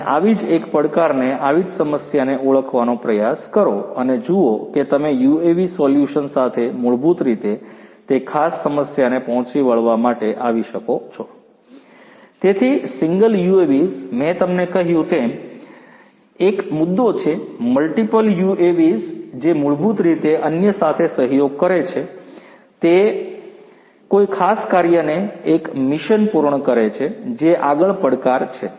અને આવી જ એક પડકારને આવી જ સમસ્યાને ઓળખવાનો પ્રયાસ કરો અને જુઓ કે તમે યુએવી સોલ્યુશન સાથે મૂળભૂત રીતે તે ખાસ સમસ્યાને પહોંચી વળવા માટે આવી શકો છો તેથી સિંગલ UAVs મેં તમને કહ્યું તેમ એક મુદ્દો છે મલ્ટિપલ UAVs જે મૂળભૂત રીતે અન્ય સાથે સહયોગ કરે છે તે કોઈ ખાસ કાર્યને એક મિશન પૂર્ણ કરે છે જે આગળ પડકાર છે